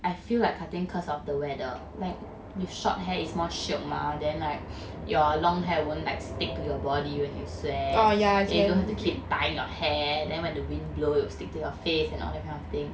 I feel like cutting cause of the weather like with short hair is more shiok mah then like your long hair won't like stick to your body when you sweat then you don't have to keep tying of hair then when the wind blow it will stick to your face and all that kind of thing